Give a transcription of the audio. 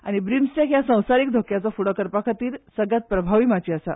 आनी बिमस्टेक ह्या संवसारीक धोक्याचो फुडो करपा खातीर सगल्यांत प्रभावी माची आसा